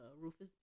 rufus